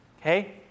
Okay